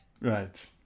right